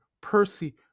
Percy